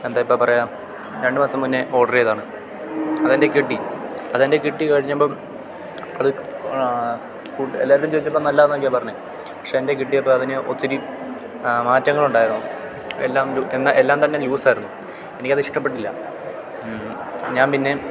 എന്താ ഇപ്പം പറയുക രണ്ട് മാസം മുന്നേ ഓർഡർ ചെയ്തതാണ് അതെൻ്റെ കയ്യിൽ കിട്ടി അതെൻ്റെ കയ്യിൽ കിട്ടി കഴിഞ്ഞപ്പം അത് എല്ലാവരോടും ചോദിച്ചപ്പോൾ നല്ലതാന്നൊക്കെയാണ് പറഞ്ഞത് പക്ഷേ എൻ്റെ കയ്യിൽ കിട്ടിയപ്പം അതിന് ഒത്തിരി മാറ്റങ്ങൾ ഉണ്ടായിരുന്നു എല്ലാം എല്ലാം തന്നെ ലൂസ് ആയിരുന്നു എനിക്കതിഷ്ടപ്പെട്ടില്ല ഞാൻ പിന്നെ